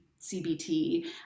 CBT